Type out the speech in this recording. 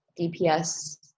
DPS